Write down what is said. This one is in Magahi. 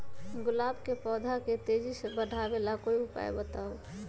गुलाब के पौधा के तेजी से बढ़ावे ला कोई उपाये बताउ?